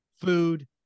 food